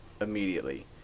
immediately